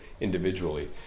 individually